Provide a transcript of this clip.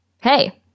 Hey